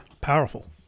powerful